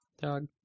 Dog